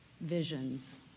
visions